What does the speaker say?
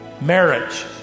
marriage